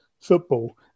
football